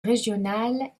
régionale